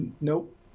Nope